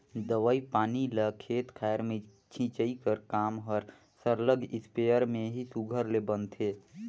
दवई पानी ल खेत खाएर में छींचई कर काम हर सरलग इस्पेयर में ही सुग्घर ले बनथे